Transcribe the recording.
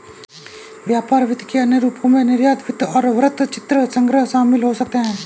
व्यापार वित्त के अन्य रूपों में निर्यात वित्त और वृत्तचित्र संग्रह शामिल हो सकते हैं